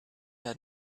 had